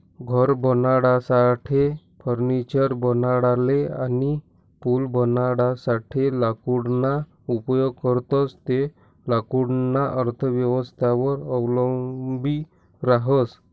घर बनाडासाठे, फर्निचर बनाडाले अनी पूल बनाडासाठे लाकूडना उपेग करतंस ते लाकूडना अर्थव्यवस्थावर अवलंबी रहास